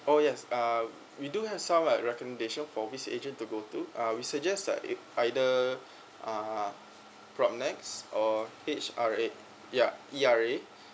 oh yes uh we do have like recommendation for which agent to go to uh we suggest uh either uh propnex or H_R_A ya E_R_A